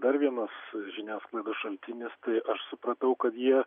dar vienas žiniasklaidos šaltinis tai aš supratau kad jie